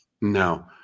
No